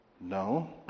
No